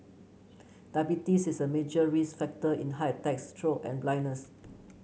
diabetes is a major risk factor in heart attacks stroke and blindness